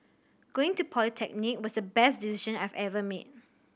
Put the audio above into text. going to polytechnic was the best decision I've ever made